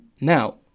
Now